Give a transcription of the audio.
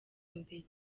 imbere